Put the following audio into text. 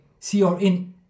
CRN